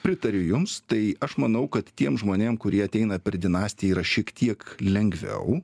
pritariu jums tai aš manau kad tiems žmonėm kurie ateina per dinastiją yra šiek tiek lengviau